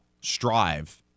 strive